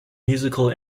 musical